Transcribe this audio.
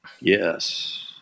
Yes